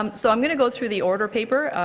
um so i'm going to go through the order paper.